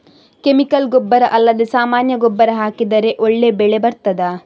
Chemical ಗೊಬ್ಬರ ಅಲ್ಲದೆ ಸಾಮಾನ್ಯ ಗೊಬ್ಬರ ಹಾಕಿದರೆ ಒಳ್ಳೆ ಬೆಳೆ ಬರ್ತದಾ?